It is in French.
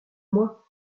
moi